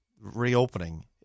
reopening